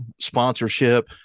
sponsorship –